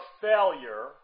failure